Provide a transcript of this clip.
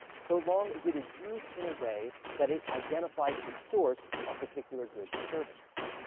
so long as it is used in a way that it identifies the source of particular goods and services.